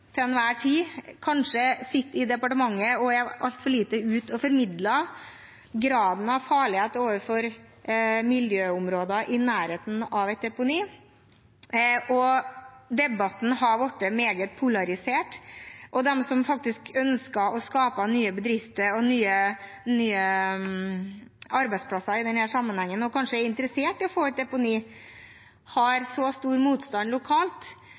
til enhver tid sitter i departementet og er altfor lite ute og formidler hvor farlig dette er for miljøområder i nærheten av et deponi. Debatten har blitt meget polarisert. De som faktisk ønsker å skaper nye bedrifter og nye arbeidsplasser i denne sammenhengen, og som kanskje er interessert i å få et deponi, har stor motstand lokalt